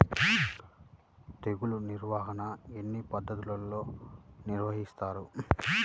తెగులు నిర్వాహణ ఎన్ని పద్ధతుల్లో నిర్వహిస్తారు?